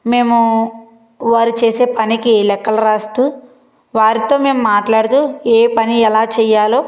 మేము వారు చేసే పనికి లెక్కలు రాస్తు వారితో మేము మాట్లాడుతు ఏ పని ఎలా చేయాలో